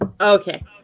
Okay